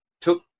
took